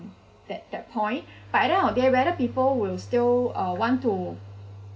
that that point but at the end of the day whether people will still uh want to